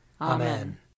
Amen